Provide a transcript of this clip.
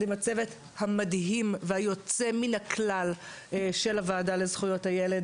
עם הצוות המדהים והיוצא מן הכלל של הוועדה לזכויות הילד